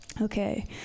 Okay